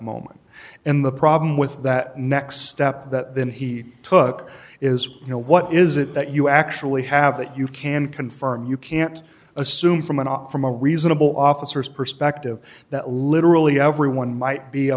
moment and the problem with that next step that then he took is you know what is it that you actually have that you can confirm you can't assume from an off from a reasonable officers perspective that literally everyone might be a